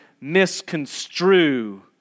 misconstrue